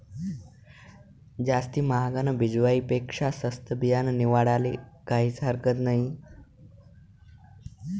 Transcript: जास्ती म्हागानं बिजवाई पेक्शा सस्तं बियानं निवाडाले काहीज हरकत नही